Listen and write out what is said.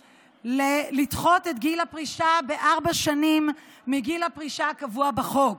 לדחות את גיל הפרישה בארבע שנים מגיל הפרישה הקבוע בחוק,